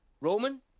Roman